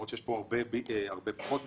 למרות שיש פה הרבה פחות מזה.